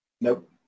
Nope